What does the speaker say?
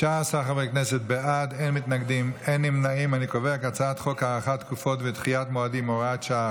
ההצעה להעביר את הצעת חוק הארכת תקופות ודחיית מועדים (הוראת שעה,